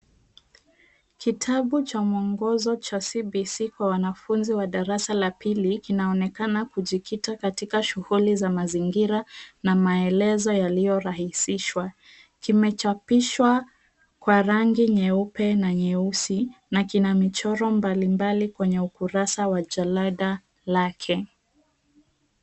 Kitabu cha mwongozo cha CBC kwa wanafunzi wa darasa la pili kinaonekana kujikita katika shughuli za mazingira na maelezo yaliyorahisishwa. Kimechapishwa kwa rangi nyeupe na nyeusi na kina michoro mbalimbali kwenye ukurasa wa jalada lake.